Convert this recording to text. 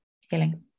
healing